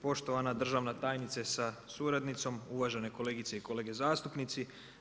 Poštovana državna tajnice sa suradnicom, uvažene kolegice i kolege zastupnici.